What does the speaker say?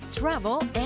travel